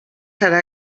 serà